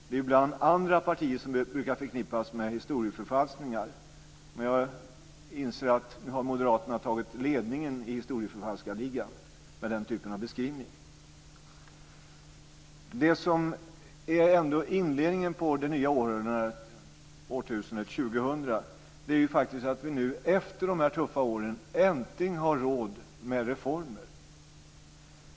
Det är andra partier som ibland brukar förknippas med historieförfalskningar, men jag inser att nu har Moderaterna tagit ledningen i historieförfalskarligan med den typen av beskrivning. Inledningen på det nya årtusendet 2000 är att vi nu efter de här tuffa åren äntligen har råd med reformer.